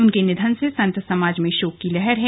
उनके निधन से संत समाज में शोक की लहर है